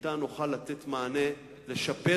שאתה נוכל לתת מענה ולשפר,